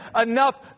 enough